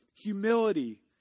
humility